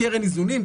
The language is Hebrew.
קרן איזונים,